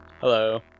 Hello